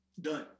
Done